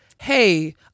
Hey